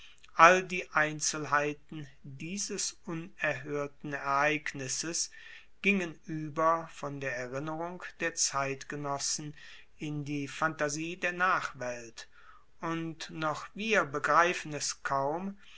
all die einzelheiten dieses unerhoerten ereignisses gingen ueber von der erinnerung der zeitgenossen in die phantasie der nachwelt und noch wir begreifen es kaum